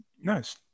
Nice